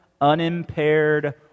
unimpaired